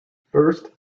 first